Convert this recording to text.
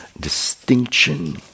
distinction